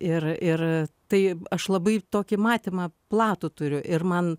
ir ir tai aš labai tokį matymą platų turiu ir man